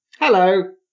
Hello